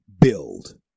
build